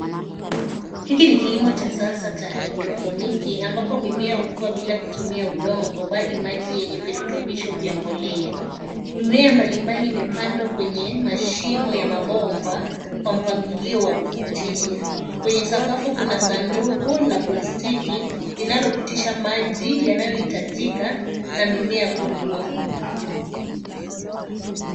Hiki ni kilimo cha sasa cha haidroponiki ambapo mimea hukua bila kutumia udongo bali maji yenye virutubisho vya mbolea. Mimea mbalimbali imepandwa kwenye mashimo ya mabomba kwa mpangilio wa kuvutia. Kwenye sakafu kuna sanduku la plastiki linalopitisha maji yanayoitajika na mimea kukua.